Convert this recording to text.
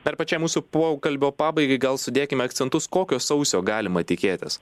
dar pačiam mūsų pokalbio pabaigai gal sudėkime akcentus kokio sausio galima tikėtis